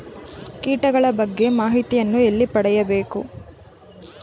ಕೀಟಗಳ ಬಗ್ಗೆ ಮಾಹಿತಿಯನ್ನು ಎಲ್ಲಿ ಪಡೆಯಬೇಕು?